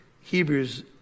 Hebrews